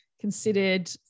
considered